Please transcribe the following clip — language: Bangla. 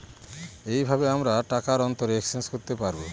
এইভাবে আমরা টাকার অন্তরে এক্সচেঞ্জ করতে পাবো